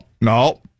no